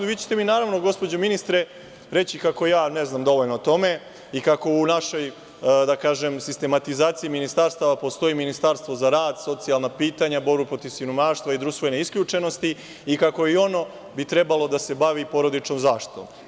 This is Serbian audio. Vi ćete mi, naravno, gospođo ministre, reći kako ja ne znam dovoljno o tome i kako u našoj, da kažem, sistematizaciji ministarstava postoji Ministarstvo za rad, socijalna pitanja, borbu protiv siromaštva i društvene isključenosti i kako bi ono trebalo da se bavi porodičnom zaštitom.